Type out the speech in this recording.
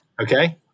okay